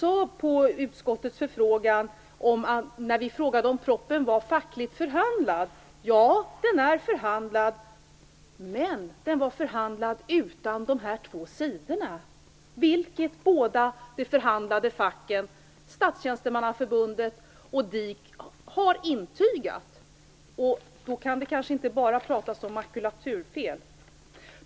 När utskottet frågade om propositionen var fackligt förhandlad, svarade kulturministern: Ja, den är förhandlad. Men den var förhandlad utan de två sidorna i propositionen, vilket de båda förhandlande facken, Statstjänstemannaförbundet och DIK, har intygat. Då kan det kanske inte bara talas om makulaturfel.